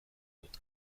dut